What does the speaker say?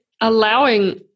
allowing